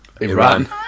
Iran